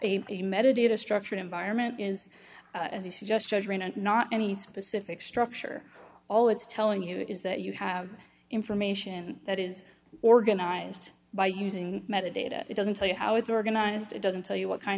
a meditative structured environment is as you suggest judgment not any specific structure all it's telling you is that you have information that is organized by using met a data it doesn't tell you how it's organized it doesn't tell you what kind